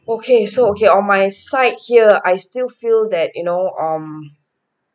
okay so okay on my side here I still feel that you know um